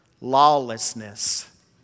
lawlessness